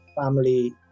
family –